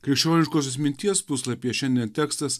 krikščioniškosios minties puslapyje šiandien tekstas